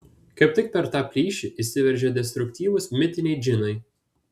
kaip tik per tą plyšį įsiveržia destruktyvūs mitiniai džinai